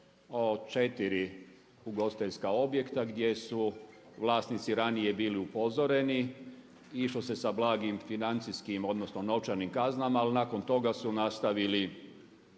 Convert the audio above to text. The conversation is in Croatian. o četiri ugostiteljska objekta gdje su vlasnice ranije bili upozoreni i išlo se sa blagim financijskim, odnosno novčanim kaznama ali nakon toga su nastavili